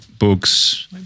books